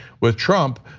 with trump.